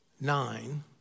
nine